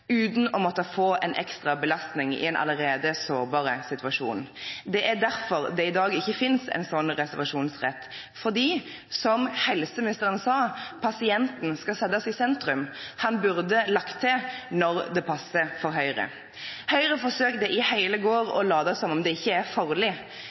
uten å måtte få en ekstra belastning i en allerede sårbar situasjon. Det er derfor det i dag ikke finnes en sånn reservasjonsrett, fordi – som helseministeren sa – pasienten skal settes i sentrum. Han burde lagt til «når det passer for Høyre». Høyre forsøkte i hele går